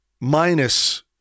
minus